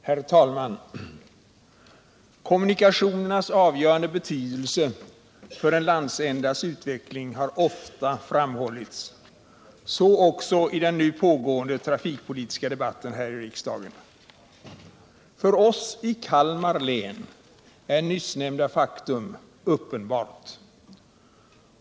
Herr talman! Kommunikationernas avgörande betydelse för en landsändas utveckling har ofta framhållits, så också i den nu pågående trafikpolitiska debatten här i riksdagen. För oss i Kalmar län är nyssnämnda faktum uppenbart.